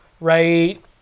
right